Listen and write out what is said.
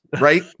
right